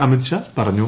അമിത് ഷാ പറഞ്ഞു